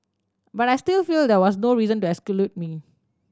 but I still feel there was no reason to exclude me